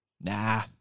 Nah